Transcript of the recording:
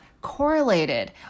correlated